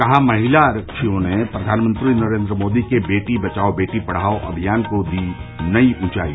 कहा महिला आरक्षियों ने प्रधानमंत्री नरेंद्र मोदी के बेटी बचाओ बेटी पढ़ाओ अभियान को दी नई ऊंचाई